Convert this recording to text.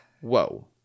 Whoa